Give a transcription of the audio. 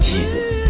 Jesus